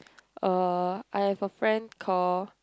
uh I have a friend call